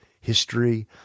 history